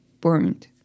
burned